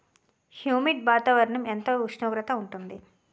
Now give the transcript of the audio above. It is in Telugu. హ్యుమిడ్ వాతావరణం ఎంత ఉష్ణోగ్రత ఉంటుంది?